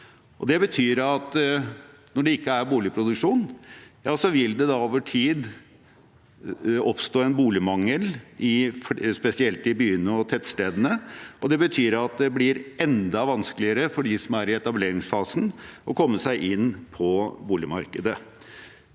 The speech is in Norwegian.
når det ikke er boligproduksjon, vil det over tid oppstå en boligmangel, spesielt i byene og tettstedene, og det betyr at det blir enda vanskeligere for dem som er i etableringsfasen, å komme seg inn på boligmarkedet.